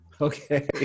Okay